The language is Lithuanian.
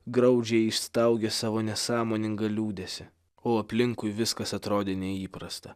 graudžiai išstaugia savo nesąmoningą liūdesį o aplinkui viskas atrodė neįprasta